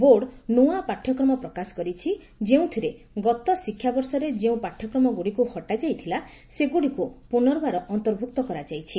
board ନୂଆ ପାଠ୍ୟକ୍ରମ ପ୍ରକାଶ କରିଛି ଯେଉଁଥିରେ ଗତ ଶିକ୍ଷାବର୍ଷରେ ଯେଉଁ ପାଠ୍ୟକ୍ରମ ଗୁଡ଼ିକୁ ହଟାଯାଇଥିଲା ସେଗୁଡ଼ିକୁ ପୁନର୍ବାର ଅନ୍ତର୍ଭୁକ୍ତ କରାଯାଇଛି